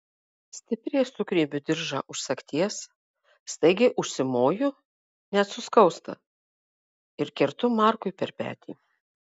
stipriai sugriebiu diržą už sagties staigiai užsimoju net suskausta ir kertu markui per petį